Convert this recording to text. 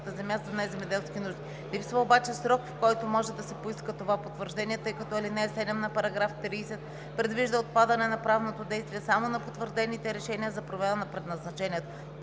земя за неземеделски нужди. Липсва обаче срок, в който може да се поиска това потвърждение, тъй като ал. 7 на § 30 предвижда отпадане на правното действие само на потвърдените решения за промяна на предназначението.